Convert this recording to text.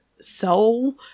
Soul